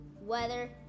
weather